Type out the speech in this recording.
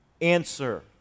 answer